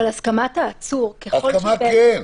אבל הסכמת העצור, ככל שהיא --- הסכמה כן.